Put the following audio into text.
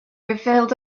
refilled